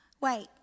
wait